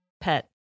pet